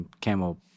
camel